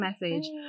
message